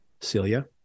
Celia